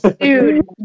Dude